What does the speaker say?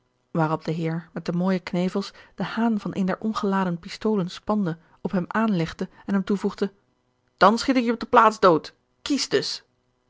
ongeluksvogel de heer met de mooije knevels den haan van een der ongeladen pistolen spande op hem aanlegde en hem toevoegde dan schiet ik je op de plaats dood kies dus